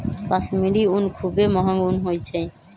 कश्मीरी ऊन खुब्बे महग ऊन होइ छइ